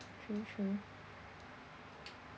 true true